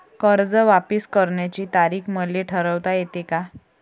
कर्ज वापिस करण्याची तारीख मले ठरवता येते का?